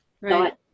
right